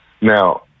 Now